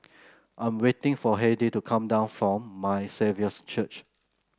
I'm waiting for Hedy to come down from My Saviour's Church